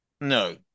No